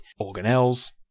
organelles